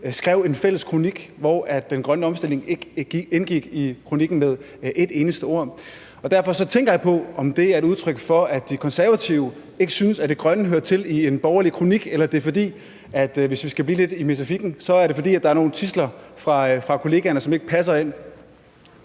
skrev en fælles kronik, hvor den grønne omstilling ikke indgik i kronikken med et eneste ord. Derfor tænker jeg på, om det er et udtryk for, at De Konservative ikke synes, at det grønne hører til i en borgerlig kronik, eller om det er, fordi – hvis vi skal blive lidt i metaforikken – der er nogen tidsler fra kollegaerne, som ikke passer ind